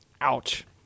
Ouch